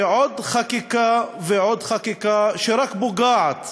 ועוד חקיקה ועוד חקיקה, שרק פוגעת